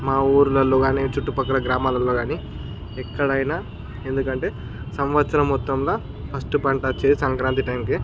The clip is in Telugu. మా ఊళ్ళలోకానీ చుట్టుపక్కల గ్రామాలలో కానీ ఎక్కడైనా ఎందుకంటే సంవత్సరం మొత్తంలో ఫస్ట్ పంట వచ్చేది సంక్రాంతి టైంకే